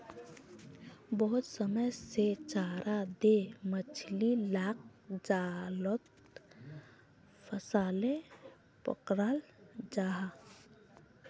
बहुत समय से चारा दें मछली लाक जालोत फसायें पक्राल जाहा